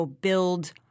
build